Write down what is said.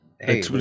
hey